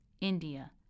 India